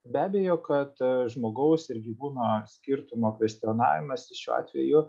be abejo kad žmogaus ir gyvūno skirtumo kvestionavimas šiuo atveju